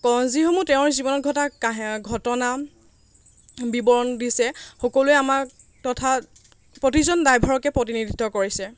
যিসমূহ তেওঁৰ জীৱনত ঘটা ঘটনা বিৱৰণ দিছে সকলোৱে আমাক তথা প্ৰতিজন ড্ৰাইভাৰকে প্ৰতিনিধিত্ব কৰিছে